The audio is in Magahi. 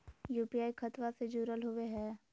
यू.पी.आई खतबा से जुरल होवे हय?